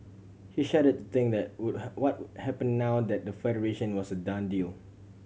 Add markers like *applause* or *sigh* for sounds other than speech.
he shuddered think that would *unintelligible* what would happen now that the Federation was a done deal